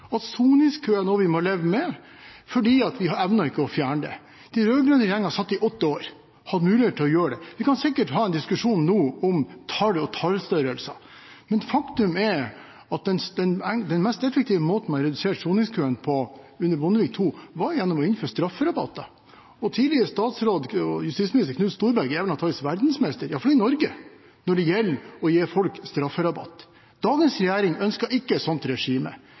at soningskøene er noe vi må leve med fordi vi ikke evner å fjerne dem. Den rød-grønne regjeringen satt i åtte år og hadde mulighet til å gjøre det. Vi kan sikkert ha en diskusjon nå om tall og tallstørrelser, men faktum er at den mest effektive måten å redusere soningskøene på under Bondevik II-regjeringen var ved å innføre strafferabatter. Tidligere statsråd og justisminister Knut Storberget er vel antakeligvis verdensmester – i hvert fall i Norge – når det gjelder å gi folk strafferabatter. Dagens regjering ønsker ikke et sånt regime.